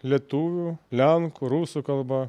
lietuvių lenkų rusų kalba